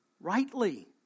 rightly